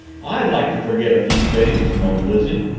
i'd like to forget a few things! moaned lizzie,